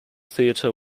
theater